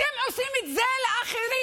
אתם עושים את זה לאחרים,